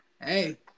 Hey